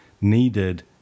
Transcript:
needed